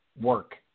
work